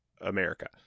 America